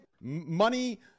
money